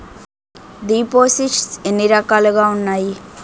దిపోసిస్ట్స్ ఎన్ని రకాలుగా ఉన్నాయి?